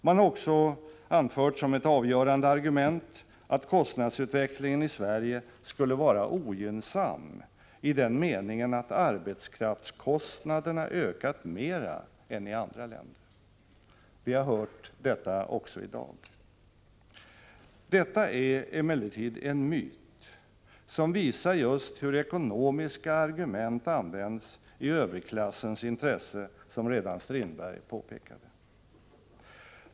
Man har också anfört som ett avgörande argument att kostnadsutvecklingen i Sverige skulle vara ogynnsam i den meningen att arbetskraftskostnaderna ökat mera än i andra länder. Vi har hört detta också i dag. Detta är emellertid en myt, som visar just hur ekonomiska argument används i överklassens intresse, som redan Strindberg påpekade.